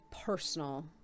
personal